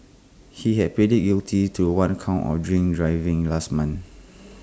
he had pleaded guilty to one count of drink driving last month